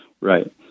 Right